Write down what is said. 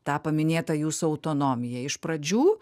tą paminėtą jūsų autonomiją iš pradžių